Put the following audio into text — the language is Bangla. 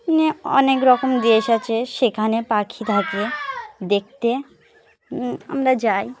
মানে অনেক রকম দেশ আছে সেখানে পাখি থাকে দেখতে আমরা যাই